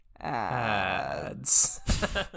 Ads